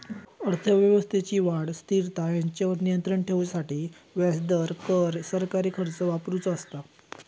अर्थव्यवस्थेची वाढ, स्थिरता हेंच्यावर नियंत्राण ठेवूसाठी व्याजदर, कर, सरकारी खर्च वापरुचो असता